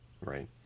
Right